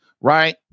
right